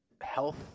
health